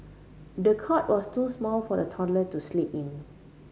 the cot was too small for the toddler to sleep in